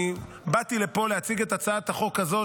אני באתי לפה להציג את הצעת החוק הזאת,